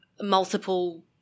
multiple